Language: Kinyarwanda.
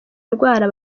ndwara